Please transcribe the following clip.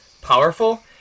powerful